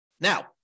Now